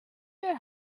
their